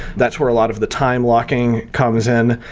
that's where a lot of the time locking comes in.